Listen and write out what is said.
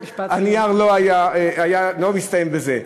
הנייר לא היה מסתיים בזה.